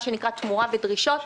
מה שנקרא תמורה ודרישות.